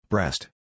Breast